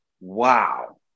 wow